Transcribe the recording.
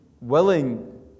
willing